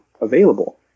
available